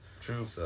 True